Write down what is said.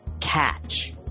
catch